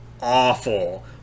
awful